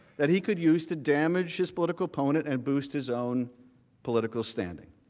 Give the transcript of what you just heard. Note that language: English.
that he could use to damage his political opponent and boost his own political standing.